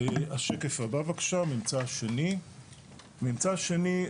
השקף הבא הממצא השני נגזר,